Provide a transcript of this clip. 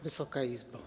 Wysoka Izbo!